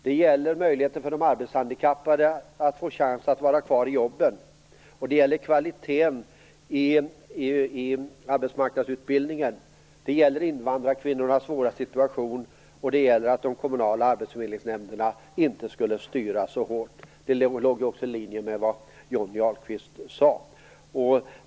Det gäller möjligheten för de arbetshandikappade att få vara kvar på sina jobb, det gäller kvaliteten i arbetsmarknadsutbildningen, det gäller invandrarkvinnornas svåra situation, och det gäller att de kommunala arbetsförmedlingsnämnderna inte skall styras så hårt. Detta ligger också i linje med vad Johnny Ahlqvist sade.